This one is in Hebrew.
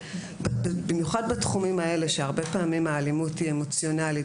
במיוחד בתחומים האלה שהרבה פעמים האלימות היא אמוציונלית,